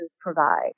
provide